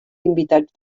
invitats